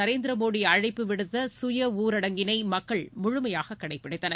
நரேந்திர மோடி அழைப்பு விடுத்த சுய ஊரடங்கினை மக்கள் முழுமையாக கடைப்பிடித்தனர்